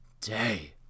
day